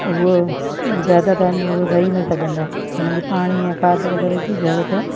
उहो ज़्यादा टाइम उहो रही न सघंदा उन खे पाणी ऐं खाद वग़ैरह जी ज़रूरत